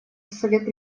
совет